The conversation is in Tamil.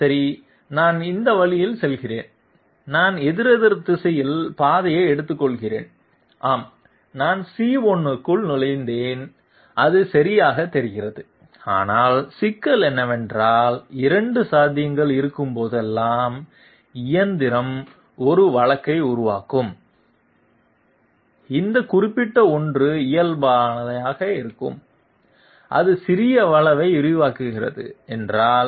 சரி நான் இந்த வழியில் செல்கிறேன் நான் எதிரெதிர் திசையில் பாதையை எடுத்துக்கொள்கிறேன் ஆம் நான் c1 க்குள் நுழைந்தேன் அது சரியாகத் தெரிகிறது ஆனால் சிக்கல் என்னவென்றால் 2 சாத்தியங்கள் இருக்கும்போதெல்லாம் இயந்திரம் ஒரு வழக்கை உருவாக்குகிறது அந்த குறிப்பிட்ட ஒன்று இயல்புநிலையாக இருக்கும் அது சிறிய வளைவை விவரிக்கிறது என்றால்